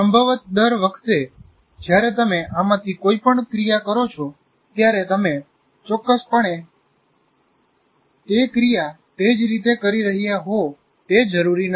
સંભવત દર વખતે જ્યારે તમે આમાંથી કોઈ પણ ક્રિયા કરો છો ત્યારે તમે ચોક્કસપણે તે તે ક્રિયા તેજ રીતે કરી રહ્યા હો તે જરૂરી નથી